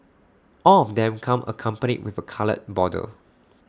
all of them come accompanied with A coloured border